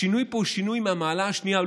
השינוי פה הוא שינוי מהמעלה השנייה.